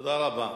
תודה רבה.